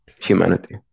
humanity